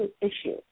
issue